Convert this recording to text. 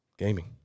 gaming